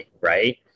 right